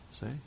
see